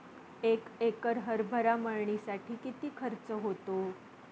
एक एकर हरभरा मळणीसाठी किती खर्च होतो?